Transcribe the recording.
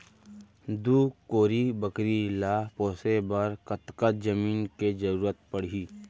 दू कोरी बकरी ला पोसे बर कतका जमीन के जरूरत पढही?